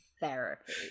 Therapy